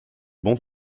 bon